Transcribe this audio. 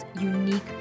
unique